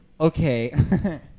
okay